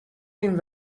این